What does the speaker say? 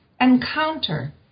encounter